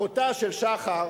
אחותה של שחר